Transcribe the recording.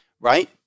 right